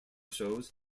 shows